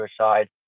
suicide